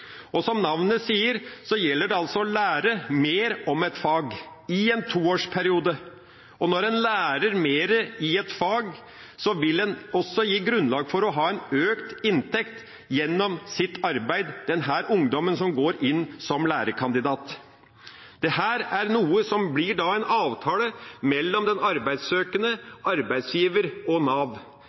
kommunene. Som navnet sier, gjelder det altså å lære mer om et fag – i en toårsperiode. Det å lære mer i et fag vil for denne ungdommen som går inn som lærekandidat, også gi grunnlag for økt inntekt gjennom sitt arbeid. Dette blir en avtale mellom den arbeidssøkende, arbeidsgiver og Nav.